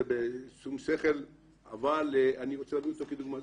בשכל אבל אני רוצה להביא אותו כדוגמה.